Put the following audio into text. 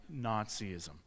Nazism